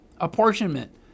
apportionment